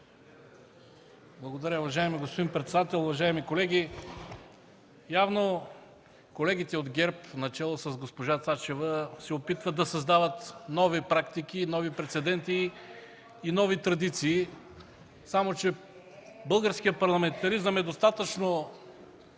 Благодаря. Уважаеми господин председател, уважаеми колеги! Явно колегите от ГЕРБ начело с госпожа Цачева се опитват да създават нови практики и прецеденти, и нови традиции. Само че българският парламентаризъм е достатъчно